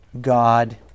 God